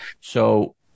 So-